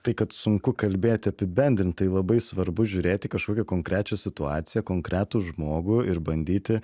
tai kad sunku kalbėt apibendrintai labai svarbu žiūrėti kažkokią konkrečią situaciją konkretų žmogų ir bandyti